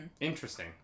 Interesting